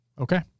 Okay